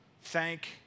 thank